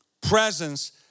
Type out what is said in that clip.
presence